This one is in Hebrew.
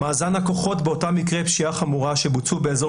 מאזן הכוחות באותם מקרי פשיעה חמורה שבוצעו באזור